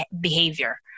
behavior